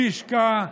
מי השקה,